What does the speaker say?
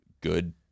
good